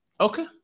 Okay